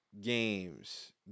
games